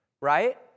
Right